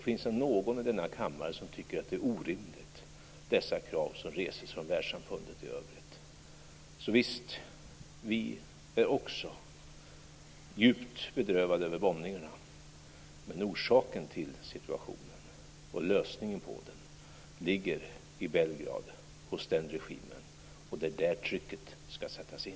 Finns det någon i denna kammare som tycker att dessa krav som reses från världssamfundet är orimliga? Vi är också djupt bedrövade över bombningarna, men orsaken till situationen och lösningen på den ligger hos regimen i Belgrad, och det är där trycket skall sättas in.